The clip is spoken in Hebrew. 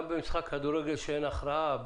גם במשחק כדורגל כשאין הכרעה,